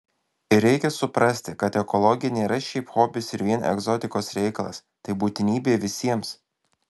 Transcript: ir reikia suprasti kad ekologija nėra šiaip hobis ir vien egzotikos reikalas tai būtinybė visiems